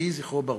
יהי זכרו ברוך.